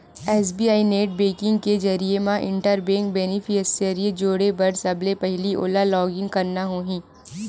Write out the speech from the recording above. SBI net banking के जरिए म इंटर बेंक बेनिफिसियरी जोड़े बर सबले पहिली ओला लॉगिन करना होही